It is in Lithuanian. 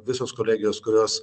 visos kolegijos kurios